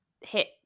hit